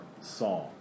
song